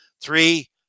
Three